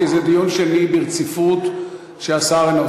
כי זה דיון שני ברציפות שהשר אינו.